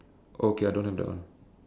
okay I don't have that one